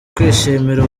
kwishimira